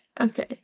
okay